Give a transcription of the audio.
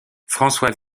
françois